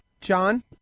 John